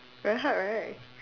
very hard right